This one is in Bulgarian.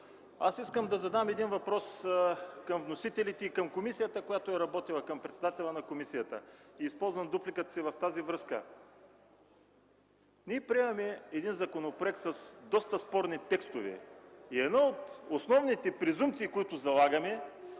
Аз искам да задам един въпрос към вносителите и към комисията, която е работила, към председателя на комисията и използвам дупликата си във връзка с това. Ние приемаме един законопроект с доста спорни текстове и една от основните презумпции, които залагаме